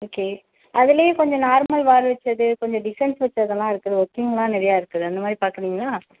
okay அதிலேயும் கொஞ்சம் normal வாரு வச்சது கொஞ்சம் டிசைன்ஸ் வச்சதுலாம் இருக்குது ஒர்க்கிங்லாம் நிறையா இருக்குது அந்தமாதிரி பார்க்கறிங்களா